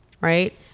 right